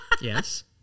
Yes